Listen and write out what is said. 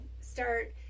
start